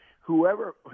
whoever